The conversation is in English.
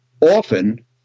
often